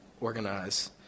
organize